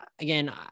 again